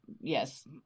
yes